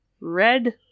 red